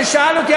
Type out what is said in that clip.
ששאל אותי,